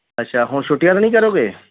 ਅੱਛਾ ਹੁਣ ਛੁੱਟੀਆਂ ਤਾਂ ਨਹੀਂ ਕਰੋਗੇ